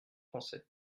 français